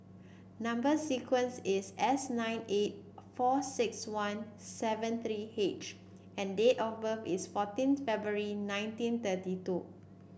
number sequence is S nine eight four six one seven three H and date of birth is fourteenth February nineteen thirty two